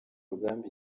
urugamba